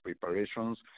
preparations